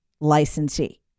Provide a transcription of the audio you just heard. licensee